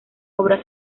obras